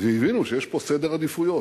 והבינו שיש פה סדר עדיפויות.